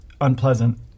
unpleasant